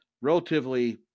relatively